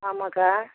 ஆமாக்கா